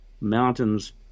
mountains